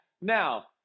Now